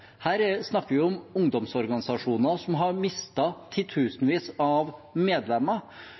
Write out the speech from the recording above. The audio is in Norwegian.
Her snakker vi om ungdomsorganisasjoner som har mistet titusenvis av medlemmer,